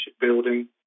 building